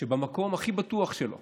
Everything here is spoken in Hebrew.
שבמקום הכי בטוח שלה,